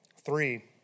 three